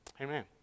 Amen